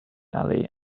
alley